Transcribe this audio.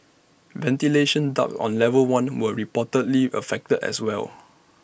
ventilation ducts on level one were reportedly affected as well